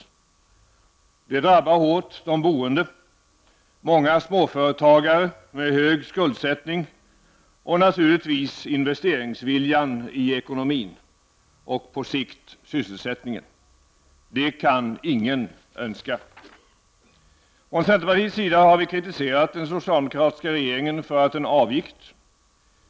Räntehöjningar drabbar hårt de boende, många småföretagare med hög skuldsättning och naturligtvis investeringsviljan i ekonomin och på sikt sysselsättningen. Det kan ingen önska. Från centerpartiets sida har vi kritiserat den socialdemokratiska regeringen för att den avgick.